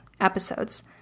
episodes